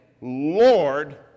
Lord